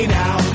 now